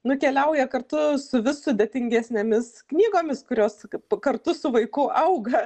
nukeliauja kartu su vis sudėtingesnėmis knygomis kurios kartu su vaiku auga